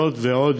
זאת ועוד,